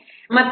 8 ಆಗಿದೆ